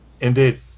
indeed